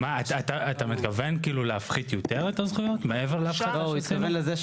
אתה מתכוון להפחית יותר את הזכויות מעבר להפחתה שעשינו?